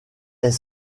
est